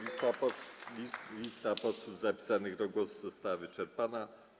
Lista posłów zapisanych do głosu została wyczerpana.